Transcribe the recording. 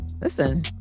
listen